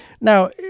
Now